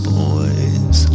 boys